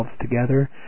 together